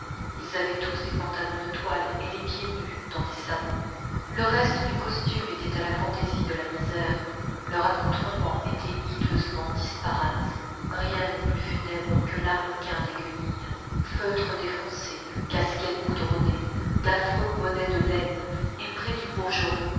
ils avaient tous des pantalons de toile et les pieds nus dans des sabots le reste du costume était à la fantaisie de la misère leurs accoutrements étaient